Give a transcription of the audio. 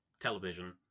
television